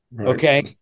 Okay